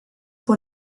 pour